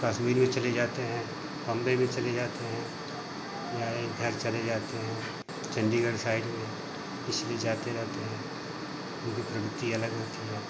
कश्मीर में चले जाते हैं बंबई में चले जाते हैं या इधर चले जाते हैं चंडीगढ़ साइड में इसलिए जाते रहते हैं उनकी प्रवृति अलग होती है